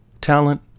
Talent